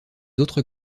autres